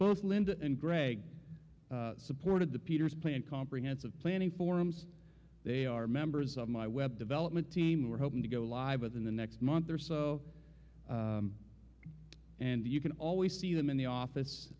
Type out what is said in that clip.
both linda and gregg supported the peters plan comprehensive planning forums they are members of my web development team we're hoping to go live within the next month or so and you can always see them in the